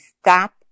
Stop